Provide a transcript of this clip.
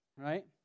Right